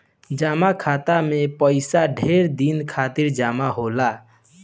जमा खाता मे पइसा ढेर दिन खातिर जमा होला